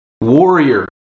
warrior